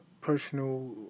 personal